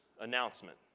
announcement